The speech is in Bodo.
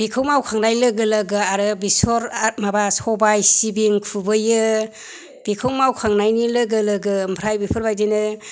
बेखौ मावखांनाय लोगो लोगो आरो बेसर आरो माबा सबाय सिबिं खुबैयो बेखौ मावखांनायनि लोगो लोगो ओमफ्राय बेफोरबायदिनो